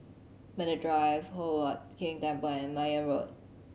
Medway Drive Hock Huat Keng Temple and Mayne Road